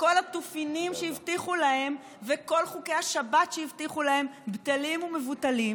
וכל התופינים שהבטיחו להם וכל חוקי השבת שהבטיחו להם בטלים ומבוטלים,